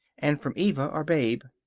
and from eva or babe,